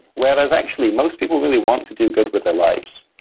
whereas actually, most people really want to do good with their lives.